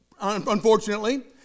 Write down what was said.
unfortunately